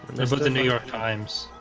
there's what the new york times